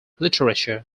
literature